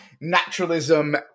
naturalism